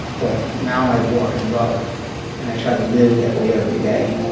but now i walk in love and i try to live that way every day.